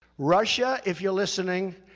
russia, if you're listening,